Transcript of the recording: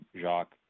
Jacques